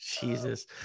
jesus